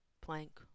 plank